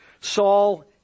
Saul